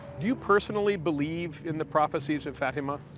do you personally believe in the prophecies of fatima?